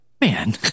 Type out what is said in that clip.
man